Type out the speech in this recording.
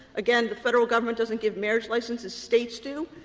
again, the federal government doesn't give marriage licenses, states do,